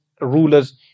rulers